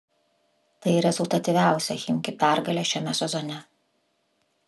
tai rezultatyviausia chimki pergalė šiame sezone